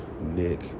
Nick